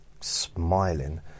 smiling